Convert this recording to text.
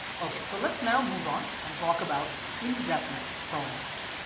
ok so let's now move on and talk about indefinite pronouns.